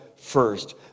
first